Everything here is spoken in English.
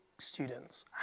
students